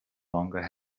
longer